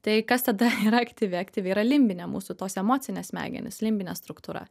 tai kas tada yra aktyvi aktyvi yra limbinė mūsų tos emocinės smegenys limbinė struktūra